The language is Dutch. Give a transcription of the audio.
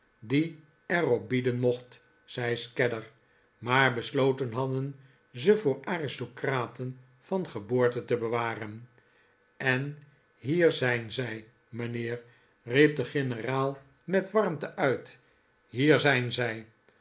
die er op bieden mocht zei scadder maar besloten hadden ze voor aristocraten van geboorte te bewaren en hier zijn zij mijnheer riep de generaal met warmte uit hier zijn zij